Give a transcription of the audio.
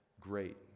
great